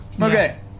Okay